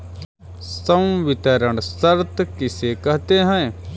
संवितरण शर्त किसे कहते हैं?